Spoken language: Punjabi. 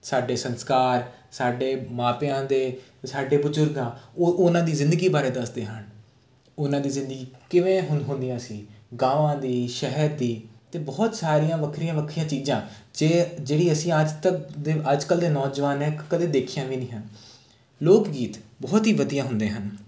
ਸਾਡੇ ਸੰਸਕਾਰ ਸਾਡੇ ਮਾਪਿਆਂ ਦੇ ਸਾਡੇ ਬਜ਼ੁਰਗਾਂ ਉਹ ਉਹਨਾਂ ਦੀ ਜ਼ਿੰਦਗੀ ਬਾਰੇ ਦੱਸਦੇ ਹਨ ਉਹਨਾਂ ਦੀ ਜ਼ਿੰਦਗੀ ਕਿਵੇਂ ਹੁਣ ਹੁੰਦੀਆਂ ਸੀ ਗਾਵਾਂ ਦੀ ਸ਼ਹਿਰ ਦੀ ਅਤੇ ਬਹੁਤ ਸਾਰੀਆਂ ਵੱਖਰੀਆਂ ਵੱਖਰੀਆਂ ਚੀਜ਼ਾਂ ਜੇ ਜਿਹੜੀ ਅਸੀਂ ਆਜ ਤੱਕ ਦੇ ਅੱਜ ਕਲ੍ਹ ਦੇ ਨੌਜਵਾਨ ਨੇ ਕਦੇ ਦੇਖੀਆਂ ਵੀ ਨਹੀਂ ਹਨ ਲੋਕ ਗੀਤ ਬਹੁਤ ਹੀ ਵਧੀਆ ਹੁੰਦੇ ਹਨ